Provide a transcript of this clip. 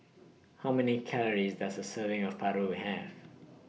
How Many Calories Does A Serving of Paru Have